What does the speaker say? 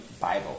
Bible